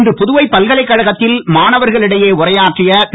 இன்று புதுவை பல்கலைக்கழகத்தில் மாணவர்களிடையே உரையாற்றிய திரு